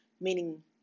meaning